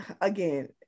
again